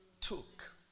took